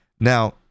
Now